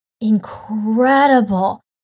incredible